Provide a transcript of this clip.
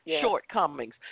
shortcomings